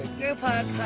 group hug.